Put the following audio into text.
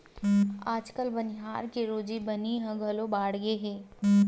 आजकाल बनिहार के रोजी बनी ह घलो बाड़गे हे